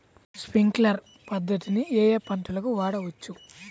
Sprinkler పద్ధతిని ఏ ఏ పంటలకు వాడవచ్చు?